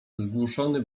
zgłuszony